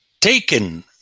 Taken